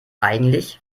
eigentlich